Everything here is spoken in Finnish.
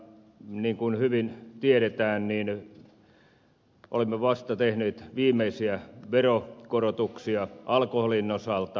niin kuin hyvin tiedetään niin olemme vasta tehneet viimeisiä veronkorotuksia alkoholin osalta